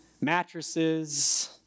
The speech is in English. mattresses